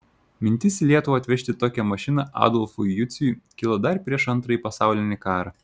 mintis į lietuvą atvežti tokią mašiną adolfui juciui kilo dar prieš antrąjį pasaulinį karą